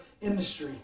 industry